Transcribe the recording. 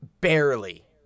barely